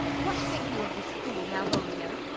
what think you of this fool, malvolio?